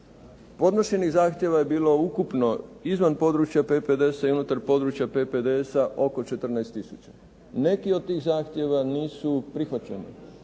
podnesenih zahtjeva je bilo ukupno izvan područja PPDS-a i unutar područja PPDS-a oko 14 tisuća. Neki od tih zahtjeva nisu prihvaćeni,